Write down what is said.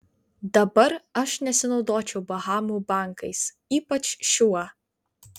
dabar aš nesinaudočiau bahamų bankais ypač šiuo